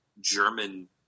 German